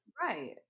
right